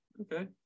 okay